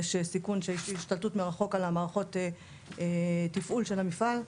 יש סיכון של השתלטות מרחוק על מערכות התפעול של המפעל,